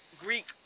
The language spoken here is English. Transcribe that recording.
Greek